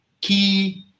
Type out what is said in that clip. key